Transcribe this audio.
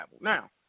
Now